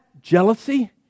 Jealousy